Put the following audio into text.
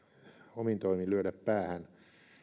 omin toimin lyödä päähän